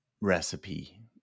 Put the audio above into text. recipe